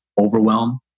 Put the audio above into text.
overwhelm